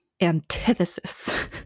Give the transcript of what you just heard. antithesis